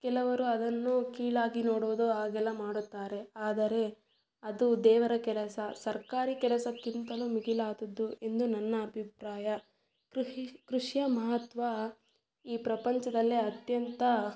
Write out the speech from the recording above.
ಕೆಲವರು ಅದನ್ನು ಕೀಳಾಗಿ ನೋಡೋದು ಹಾಗೆಲ್ಲ ಮಾಡುತ್ತಾರೆ ಆದರೆ ಅದು ದೇವರ ಕೆಲಸ ಸರ್ಕಾರಿ ಕೆಲಸಕ್ಕಿಂತಲೂ ಮಿಗಿಲಾದುದ್ದು ಎಂದು ನನ್ನ ಅಭಿಪ್ರಾಯ ಕೃಷಿ ಕೃಷಿಯ ಮಹತ್ವ ಈ ಪ್ರಪಂಚದಲ್ಲೇ ಅತ್ಯಂತ